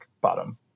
bottom